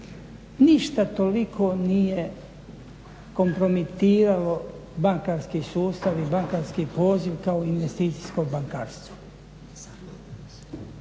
Ništa toliko nije kompromitiralo bankarski sustav i bankarski poziv kao investicijsko bankarstvo.